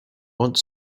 want